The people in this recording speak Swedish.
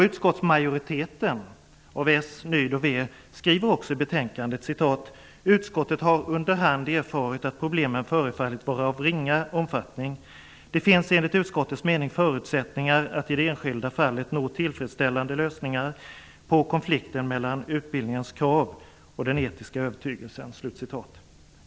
Utskottsmajoriteten bestående av socialdemokrater, nydemokrater och vänsterpartister skriver också i betänkandet: ''Utskottet har under hand erfarit att problemen förefaller vara av ringa omfattning. Det finns enligt utskottets mening förutsättningar att i det enskilda fallet nå tillfredsställande lösningar på konflikten mellan utbildningens krav och den etiska övertygelsen.''